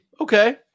Okay